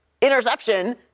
interception